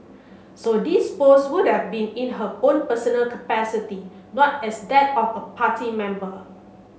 so these post would've been in her own personal capacity not as that of a party member